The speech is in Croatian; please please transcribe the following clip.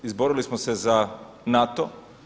Izborili smo se za NATO.